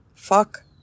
Fuck